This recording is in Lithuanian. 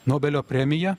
nobelio premiją